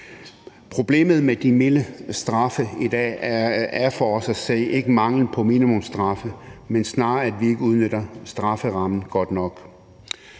Problemet med de milde straffe i dag er for os at se ikke mangel på minimumsstraffe; det er snarere, at vi ikke udnytter strafferammen godt nok.